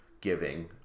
giving